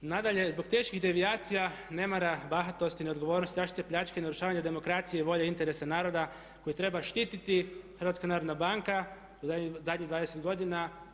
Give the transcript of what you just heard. Nadalje, zbog teških devijacija, nemara, bahatosti, neodgovornosti, zaštite pljačke, narušavanja demokracije i volje i interesa naroda koje treba štititi HNB u zadnjih 20 godina.